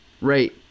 Right